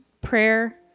prayer